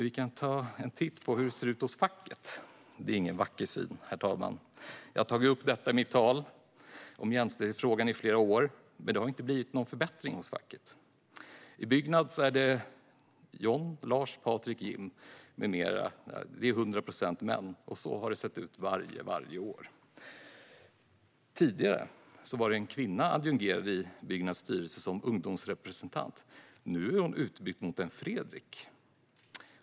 Vi kan ta en titt på hur det ser ut hos facket. Det är ingen vacker syn, herr talman. Jag har tagit upp detta i tal om jämställdhetsfrågan i flera år, men det har inte blivit någon förbättring hos facket. I förbundsstyrelsen i Byggnads sitter bland andra Johan, Lars, Patrik och Jim - 100 procent män. På det sättet har det sett ut varje år. Tidigare var en kvinna adjungerad i Byggnads styrelse, som ungdomsrepresentant. Nu är hon utbytt mot en Fredrik.